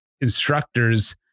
instructors